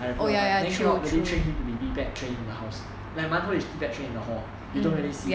like pro enough then cannot really train him like to be pee pad train in the house like 馒头 is pee pad train in the hall you don't really see